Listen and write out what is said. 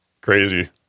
Crazy